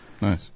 Nice